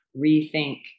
rethink